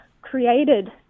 Created